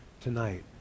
tonight